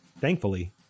Thankfully